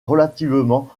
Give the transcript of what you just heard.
relativement